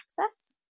access